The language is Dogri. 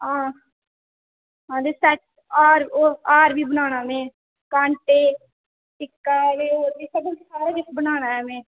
आं ते सेट हार होर हार बी बनाना में कांटे टिक्का ते होर सब किश बनाना में